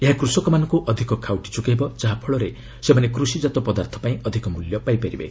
ଏହା କୃଷକମାନଙ୍କୁ ଅଧିକ ଖାଉଟି ଯୋଗାଇବ ଯାହାଫଳରେ ସେମାନେ କୁଷିଜାତ ପଦାର୍ଥ ପାଇଁ ଅଧିକ ମୂଲ୍ୟ ପାଇପାରିବେ